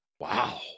Wow